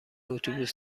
اتوبوس